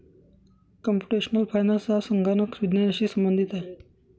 computational finance हा संगणक विज्ञानाशी संबंधित आहे